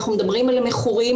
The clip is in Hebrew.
אנחנו מדברים על המכורים,